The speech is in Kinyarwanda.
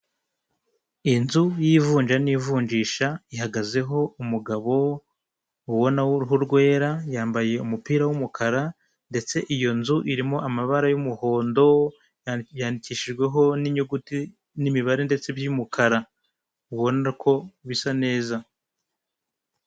Inzu y'ivunja n'ivunjisha, ihagazeho umugabo ubona w'uruhu rwera, yambaye umupira w'umukara, ndetse iyo nzu irimo amabara y'umuhondo, yandikishijweho n'inyuguti n'imibare ndetse by'umukara. Ubona ko bisa neza.